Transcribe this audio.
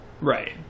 right